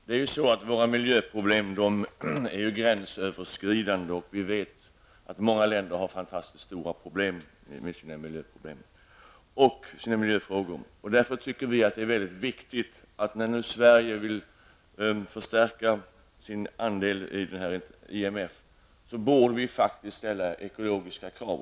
Herr talman! Våra miljöproblem är ju gränsöverskridande, och vi vet att många länder har fantastiskt stora problem med sina miljöfrågor. Vi tycker därför att det är mycket viktigt, när nu Sverige vill förstärka sin andel i IMF, att vi ställer ekologiska krav.